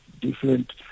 different